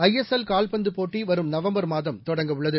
ISL கால்பந்துப் போட்டி வரும் நவம்பர் மாதம் தொடங்கவுள்ளது